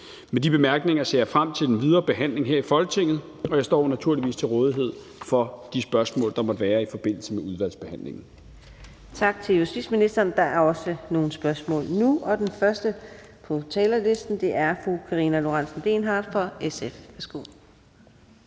Med de bemærkninger ser jeg frem til den videre behandling her i Folketinget, og jeg står naturligvis til rådighed for de spørgsmål, der måtte være i forbindelse med udvalgsbehandlingen. Kl. 18:07 Fjerde næstformand (Karina Adsbøl): Tak til justitsministeren. Der er også nogle spørgsmål nu, og den første på talerlisten er fru Karina Lorentzen Dehnhardt fra SF.